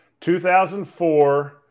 2004